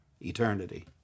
eternity